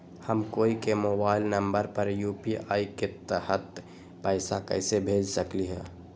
हम कोई के मोबाइल नंबर पर यू.पी.आई के तहत पईसा कईसे भेज सकली ह?